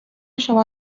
شما